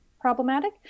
problematic